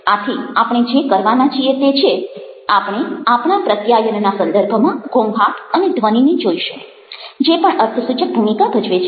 આથી આપણે જે કરવાના છીએ તે છે આપણે આપણા પ્રત્યાયનના સંદર્ભમાં ઘોંઘાટ અને ધ્વનિને જોઈશું જે પણ અર્થસૂચક ભૂમિકા ભજવે છે